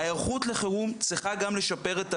ההיערכות לחירום צריכה גם לשפר את השגרה.